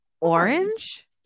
orange